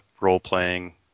role-playing